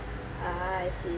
ah I see